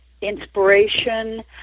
inspiration